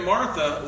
Martha